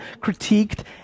critiqued